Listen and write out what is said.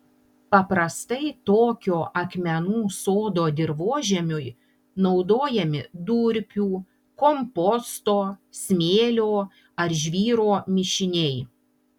paprastai tokio akmenų sodo dirvožemiui naudojami durpių komposto smėlio ar žvyro mišiniai